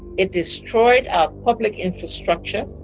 it destroyed our public infrastructure,